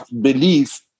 belief